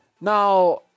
Now